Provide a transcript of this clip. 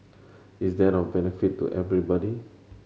is that of benefit to everybody